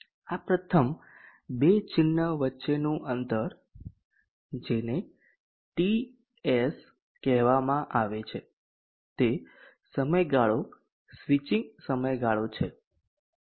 આ પ્રથમ બે ચિહ્ન વચ્ચેનું અંતર જેને TS કહેવામાં આવે છે તે સમયગાળો સ્વિચિંગ સમયગાળો છે